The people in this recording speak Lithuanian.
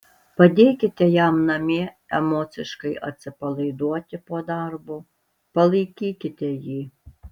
padėkite jam namie emociškai atsipalaiduoti po darbo palaikykite jį